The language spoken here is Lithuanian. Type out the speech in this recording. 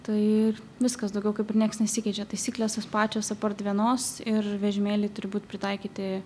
tai ir viskas daugiau kaip ir nieks nesikeičia taisyklės tos pačios apart vienos ir vežimėliai turi būt pritaikyti